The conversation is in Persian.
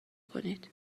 کنید